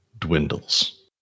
dwindles